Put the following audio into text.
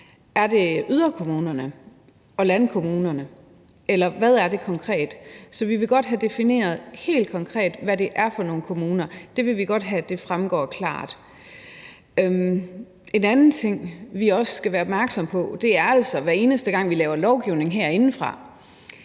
Er det yderkommunerne og landkommunerne? Eller hvad er det konkret? Vi vil godt have defineret helt konkret, hvad det er for nogle kommuner. Det vil vi godt have fremgår klart. En anden ting, vi også skal være opmærksomme på, er altså, at hver eneste gang, vi laver lovgivning herinde,